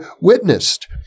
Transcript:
witnessed